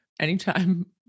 anytime